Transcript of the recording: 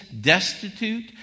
destitute